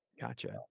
Gotcha